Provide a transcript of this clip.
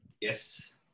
Yes